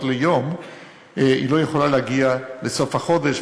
ביום היא לא יכולה להגיע לסוף החודש,